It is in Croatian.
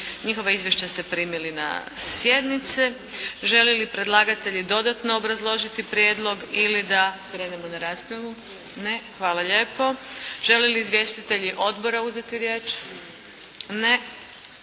Njihova izvješća ste primili na sjednici. Žele li predlagatelji dodatno obrazložiti prijedlog ili da krenemo na raspravu? Ne? Hvala lijepo. Žele li izvjestitelji Odbora uzeti riječ? Ne.